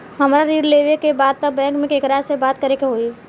हमरा ऋण लेवे के बा बैंक में केकरा से बात करे के होई?